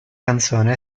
canzone